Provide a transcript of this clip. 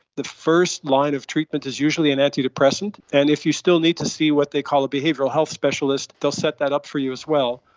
the first line of treatment is usually an antidepressant, and if you still need to see what they call a behavioural health specialist, they'll set that up for you as well.